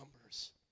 numbers